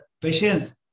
patients